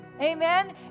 amen